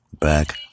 back